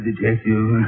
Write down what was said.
detective